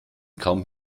kaum